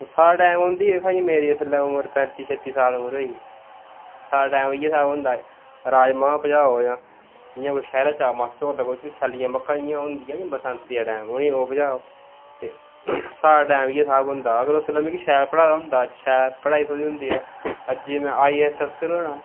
हून साढ़ै टैम उंदी लेखा मेरी उमर पैंत्ती छित्ती साल उमर होई गेई साढ़ै टैम इ'यै स्हाब होंदा हा राजमां पजाओ जां जि'यां कोई शैह्रा चा मास्टर होंदा हा उसी सैल्लियां मक्कां जेह्ड़ियां होंदियां न बरसांती दे टैम उ'नेंगी गी ओह् पजाओ ते साढ़ै टैम इ'यै स्हाब होंदा हा अगर उसलै मिगी शैल पढ़ाया दा होंदा हा शैल पढ़ाई थ्होए दी होंदी तां अज्जै में आई ए एस्स अफसर होना हां